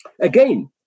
again